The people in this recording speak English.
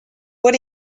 what